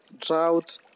drought